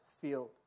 field